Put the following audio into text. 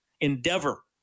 endeavor